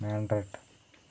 Madrid